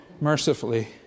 mercifully